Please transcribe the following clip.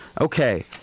Okay